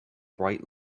bright